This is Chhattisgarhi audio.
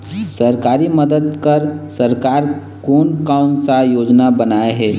सरकारी मदद बर सरकार कोन कौन सा योजना बनाए हे?